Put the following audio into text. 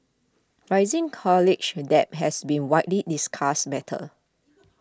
rising college and debt has been widely discussed matter